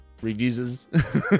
reviews